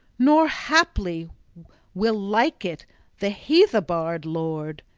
nor haply will like it the heathobard lord,